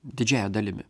didžiąja dalimi